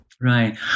Right